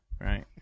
Right